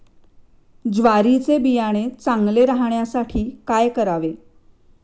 ज्वारीचे बियाणे चांगले राहण्यासाठी काय करावे?